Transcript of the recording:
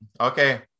Okay